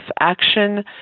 action